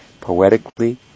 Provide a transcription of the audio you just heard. Poetically